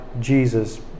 Jesus